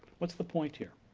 what's the point here?